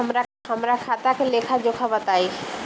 हमरा खाता के लेखा जोखा बताई?